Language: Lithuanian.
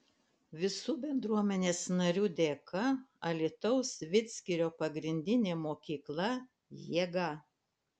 visų bendruomenės narių dėka alytaus vidzgirio pagrindinė mokykla jėga